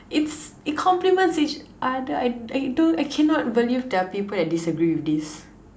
it's it complements each other I I don't I cannot believe there are people that disagree with this